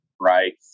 Right